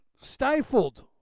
stifled